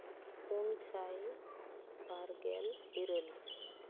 ᱯᱩᱱ ᱥᱟᱭ ᱵᱟᱨ ᱜᱮᱞ ᱤᱨᱟᱹᱞ